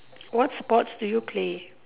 what sports do you play